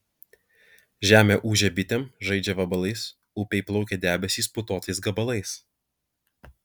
žemė ūžia bitėm žaidžia vabalais upėj plaukia debesys putotais gabalais